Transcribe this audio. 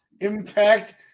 Impact